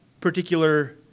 particular